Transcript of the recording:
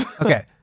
Okay